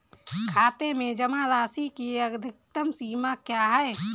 खाते में जमा राशि की अधिकतम सीमा क्या है?